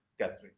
Catherine